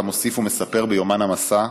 אתה מוסיף ומספר ביומן המסע: